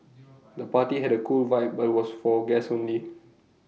the party had A cool vibe but was for guests only